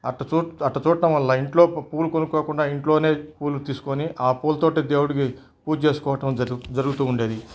అట్ట చూడడం అట్ట చూడడం వల్ల ఇంట్లో పూలు కొనుక్కోకుండా ఇంట్లోనే పూలు తీసుకొని ఆ పూల తోటి దేవుడికి పూజ చేసుకోవటం జరుగుతూ జరుగుతూ ఉండేది